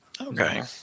Okay